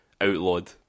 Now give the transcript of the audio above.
outlawed